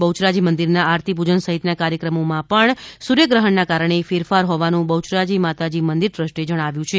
બહ્યરાજી મંદિરના આરતી પૂજન સહિતના કાર્યક્રમોમાં પણ સૂર્યગ્રહણના કારણે ફેરફાર હોવાનું બહ્યરાજી માતાજી મંદિર ટ્રસ્ટે જણાવ્યું છે